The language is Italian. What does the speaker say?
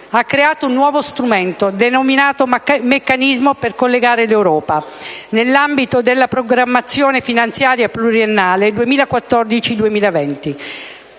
ha creato un nuovo strumento, denominato «Meccanismo per collegare l'Europa», nell'ambito della programmazione finanziaria pluriennale 2014-2020.